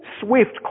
swift